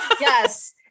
yes